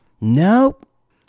Nope